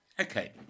Okay